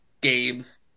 games